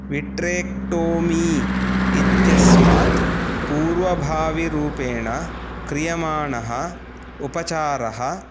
vitrectomy इत्यस्मात् पूर्वभाविरूपेण क्रियमाणः उपचारः